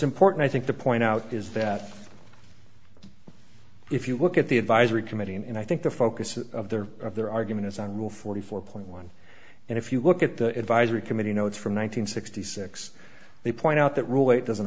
important i think the point out is that if you look at the advisory committee and i think the focus of their of their argument is on rule forty four point one and if you look at the advisory committee notes from one thousand nine hundred sixty six they point out that rule eight doesn't